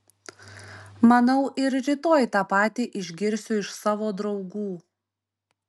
manau ir rytoj tą patį išgirsiu iš savo draugų